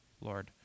Lord